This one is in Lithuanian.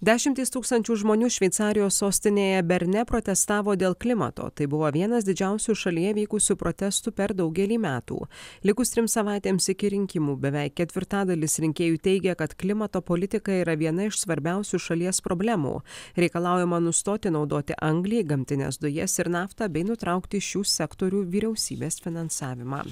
dešimtys tūkstančių žmonių šveicarijos sostinėje berne protestavo dėl klimato tai buvo vienas didžiausių šalyje vykusių protestų per daugelį metų likus trims savaitėms iki rinkimų beveik ketvirtadalis rinkėjų teigia kad klimato politika yra viena iš svarbiausių šalies problemų reikalaujama nustoti naudoti anglį gamtines dujas ir naftą bei nutraukti šių sektorių vyriausybės finansavimą